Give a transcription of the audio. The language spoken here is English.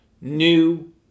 new